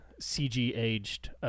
CG-aged